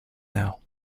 now